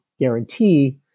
guarantee